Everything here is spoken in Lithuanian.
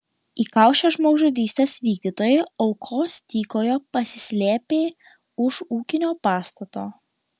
įkaušę žmogžudystės vykdytojai aukos tykojo pasislėpę už ūkinio pastato